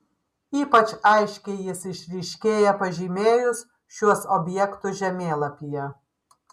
ypač aiškiai jis išryškėja pažymėjus šiuos objektus žemėlapyje